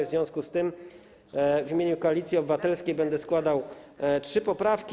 W związku z tym w imieniu Koalicji Obywatelskiej będę składał trzy poprawki.